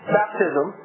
baptism